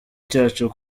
cyacu